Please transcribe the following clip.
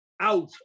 out